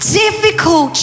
difficult